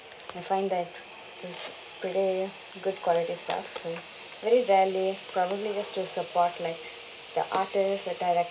I find that it's pretty good quality stuff and really value probably just to support like the artist the director